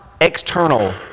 External